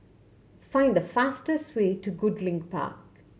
find the fastest way to Goodlink Park